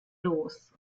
los